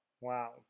Wow